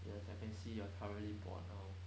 yes I can see you are currently bored now